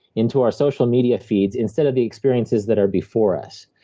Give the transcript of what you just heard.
into our social media feeds, instead of the experiences that are before us.